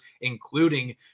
including